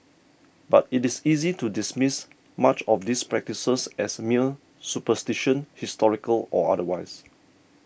but it is easy to dismiss much of these practices as mere superstition historical or otherwise